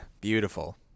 Beautiful